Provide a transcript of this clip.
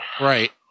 Right